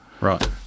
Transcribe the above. Right